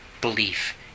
belief